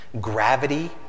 Gravity